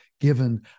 given